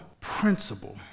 principle